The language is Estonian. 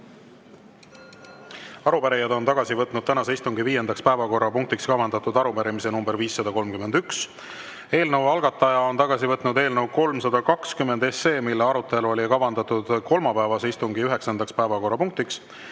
juurde? Arupärijad on tagasi võtnud tänase istungi 5. päevakorrapunktiks kavandatud arupärimise nr 531. Eelnõu algataja on tagasi võtnud eelnõu 320, mille arutelu oli kavandatud kolmapäevase istungi 9. päevakorrapunktiks.